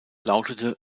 lautete